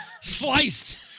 sliced